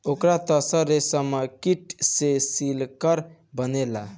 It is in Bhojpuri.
ओकर तसर रेशमकीट से सिल्क बनेला